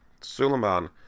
Suleiman